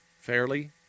fairly